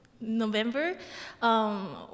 November